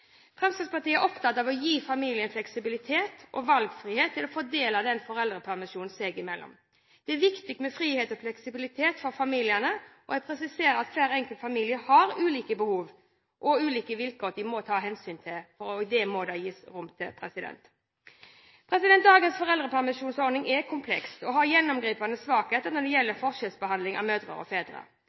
å gi familien fleksibilitet og valgfrihet til å fordele foreldrepermisjonen seg imellom. Det er viktig med frihet og fleksibilitet for familiene, og jeg presiserer at hver enkelt familie har ulike behov og ulike vilkår de må ta hensyn til. Det må det gis rom for. Dagens foreldrepermisjonsordning er kompleks og har gjennomgripende svakheter når det gjelder forskjellsbehandling av mødre og fedre.